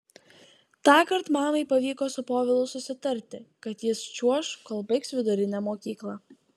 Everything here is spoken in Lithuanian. tąkart mamai pavyko su povilu susitarti kad jis čiuoš kol baigs vidurinę mokyklą